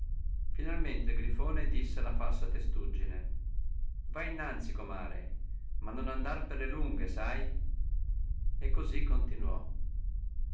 finalmente il grifone disse alla falsa testuggine va innanzi comare ma non andar per le lunghe sai e così continuò